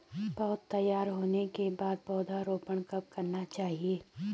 पौध तैयार होने के बाद पौधा रोपण कब करना चाहिए?